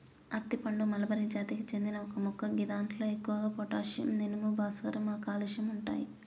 అత్తి పండు మల్బరి జాతికి చెందిన ఒక మొక్క గిదాంట్లో ఎక్కువగా పొటాషియం, ఇనుము, భాస్వరం, కాల్షియం ఉంటయి